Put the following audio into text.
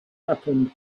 happened